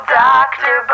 doctor